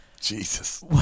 Jesus